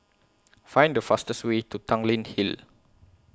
Find The fastest Way to Tanglin Hill